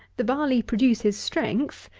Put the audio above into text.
the barley produces strength,